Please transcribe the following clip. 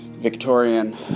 Victorian